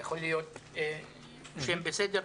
יכול להיות שהם בסדר,